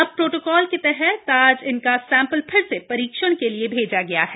अब प्रोटोकाल के तहत आज इनका सैंपल फिर से परीक्षण के लिए भेजा गया है